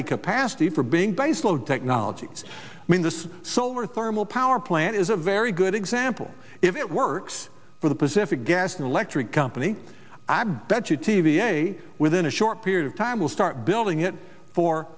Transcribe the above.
a capacity for being base load technologies i mean this solar thermal power plant is a very good example if it works for the pacific gas and electric company i bet you t v a within a short period of time will start building it for